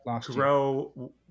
grow